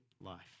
life